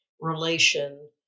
relation